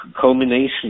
culmination